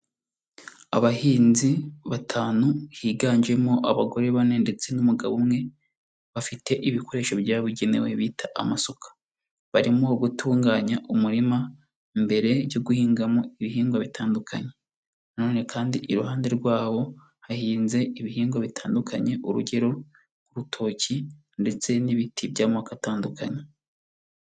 Abahinzi batanu higanjemo abagore bane ndetse n'umugabo umwe, bafite ibikoresho byabugenewe bita amasuka. Barimo gutunganya umurima mbere yo guhingamo ibihingwa bitandukanye. Na none kandi iruhande rwawo hahinze ibihingwa bitandukanye, urugero urutoki ndetse n'ibiti by'amoko atandukanye.